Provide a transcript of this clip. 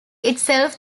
itself